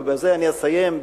ובזה אני אסיים,